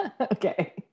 okay